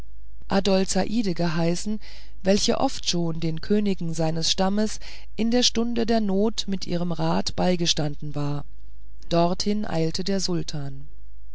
adolzaide geheißen welche oft schon den königen seines stammes in der stunde der not mit ihrem rat beigestanden war dorthin eilte der sultan